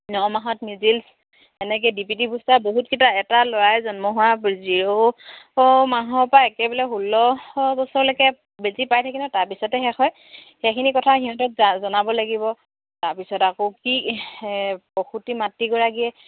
ন মাহত নিজিলছ এনেকৈ ডি পি টি বুষ্টাৰ বহুতকেইটা এটা ল'ৰাই জন্ম হোৱাৰ জিৰ' মাহৰ পৰা একেবাৰে ষোল্ল বছৰলৈকে বেজী পাই থাকে নহয় তাৰপিছতে শেষ হয় সেইখিনি কথা সিহঁতক জা জনাব লাগিব তাৰপিছত আকৌ কি প্ৰসুতি মাতৃগৰাকীয়ে